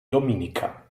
dominica